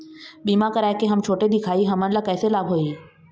बीमा कराए के हम छोटे दिखाही हमन ला कैसे लाभ होही?